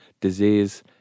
disease